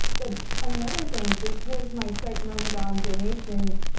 but another thing, because my site runs on donations,